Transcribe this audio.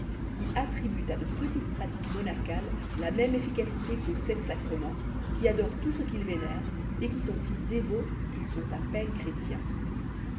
qui attribuent à de petites pratiques monacales la même efficacité qu'aux sept sacrements qui adorent tout ce qu'ils vénèrent et qui sont si dévots qu'ils sont à peine chrétiens